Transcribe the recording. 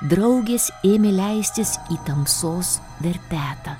draugės ėmė leistis į tamsos verpetą